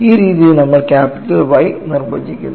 ഈ രീതിയിൽ നമ്മൾ ക്യാപിറ്റൽ Y നിർവചിക്കുന്നു